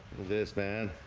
this man